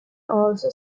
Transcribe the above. also